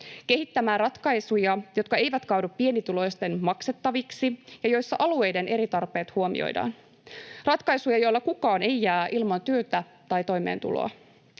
kehittämään ratkaisuja, jotka eivät kaadu pienituloisten maksettaviksi ja joissa alueiden eri tarpeet huomioidaan. Ratkaisuja, joilla kukaan ei jää ilman työtä tai toimeentuloa.